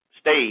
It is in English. stage